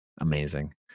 Amazing